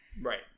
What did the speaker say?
Right